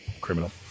criminal